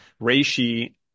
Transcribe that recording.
Reishi